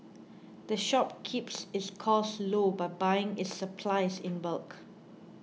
the shop keeps its costs low by buying its supplies in bulk